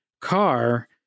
car